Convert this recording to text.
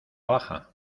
baja